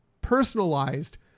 personalized